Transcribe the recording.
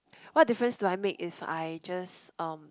what difference do I make if I just um